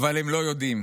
אבל הם לא יודעים,